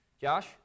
Josh